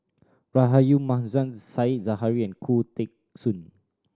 Rahayu Mahzam Said Zahari and Khoo Teng Soon